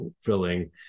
filling